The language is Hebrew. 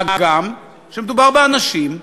מה גם שמדובר באנשים,